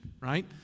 right